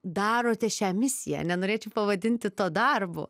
darote šią misiją nenorėčiau pavadinti to darbu